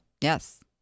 Yes